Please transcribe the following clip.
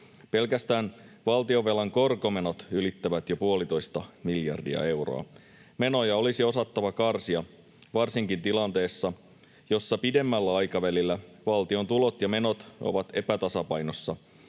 Pelkästään valtionvelan korkomenot ylittävät jo 1,5 miljardia euroa. Menoja olisi osattava karsia varsinkin tilanteessa, jossa pidemmällä aikavälillä valtion tulot ja menot ovat epätasapainossa